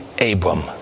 Abram